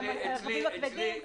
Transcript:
לרכבים הכבדים.